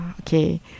okay